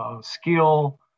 skill